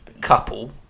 couple